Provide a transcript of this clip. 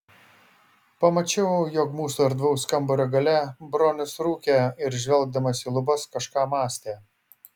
pamačiau jog mūsų erdvaus kambario gale bronius rūkė ir žvelgdamas į lubas kažką mąstė